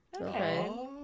okay